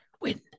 win